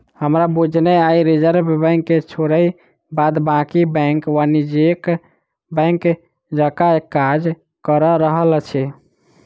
हमरा बुझने आइ रिजर्व बैंक के छोइड़ बाद बाँकी बैंक वाणिज्यिक बैंक जकाँ काज कअ रहल अछि